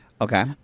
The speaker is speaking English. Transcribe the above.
Okay